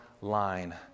line